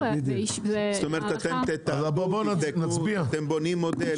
זאת אומרת, אתם תעקבו, תבדקו, אתם בונים מודל?